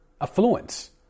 affluence